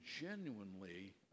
genuinely